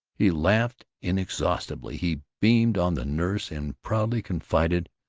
he laughed inexhaustibly he beamed on the nurse and proudly confided,